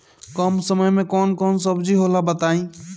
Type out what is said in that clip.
कम समय में कौन कौन सब्जी होला बताई?